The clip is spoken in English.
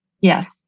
Yes